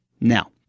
Now